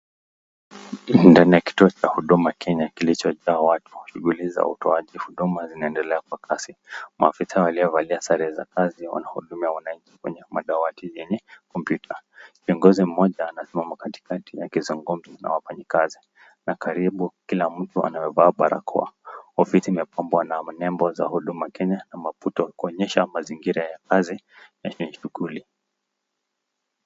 Ndani ya kituo cha huduma Kenya lilicho jaa watu, shughuli za utoaji huduma zinaedelea kwa kasi, maafisa qaliovalia sare za kazi wanahudumia wananchi kwenye madawati yenye kompyuta, kiongozi mmoja amesimama katikati yao akizungumza na wafanyikazi, na karibu kila mtu amevaa barakoa, ofisi imelmba na nembo ya huduma kenya na maputo, kuonyesha mazingira ya kazi na shughuli.